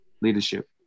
leadership